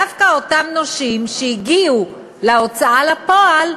דווקא אותם נושים שהגיעו להוצאה לפועל,